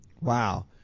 Wow